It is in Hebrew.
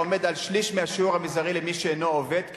שליש מהשיעור המזערי למי שאינו עובד,